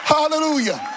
Hallelujah